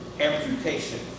Amputation